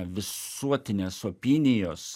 visuotinės opinijos